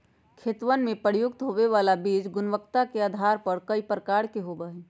खेतवन में प्रयुक्त होवे वाला बीज गुणवत्ता के आधार पर कई प्रकार के होवा हई